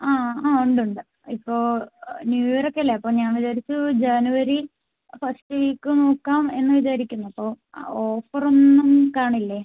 ആ ആ ഉണ്ട് ഉണ്ട് ഇപ്പോൾ ന്യൂ ഇയർ ഒക്കെ അല്ലേ അപ്പോൾ ഞാൻ വിചാരിച്ചു ജനുവരി ഫസ്റ്റ് വീക്ക് നോക്കാം എന്ന് വിചാരിക്കുന്നു അപ്പോൾ ഓഫർ ഒന്നും കാണില്ലേ